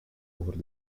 over